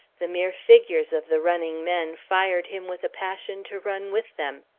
the mere figures of the running men fired him with a passion to run with them.